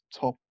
top